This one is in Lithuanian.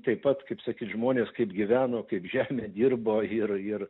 taip pat kaip sakyt žmonės kaip gyveno kaip žemę dirbo ir ir